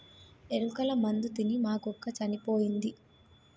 ఎలుకల మందు తిని మా కుక్క చనిపోయింది